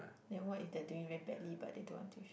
then what if they're doing very badly but they don't want tuition